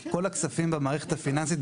כל הכספים במערכת הפיננסית,